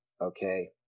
Okay